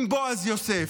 עם בועז יוסף.